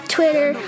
Twitter